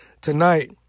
Tonight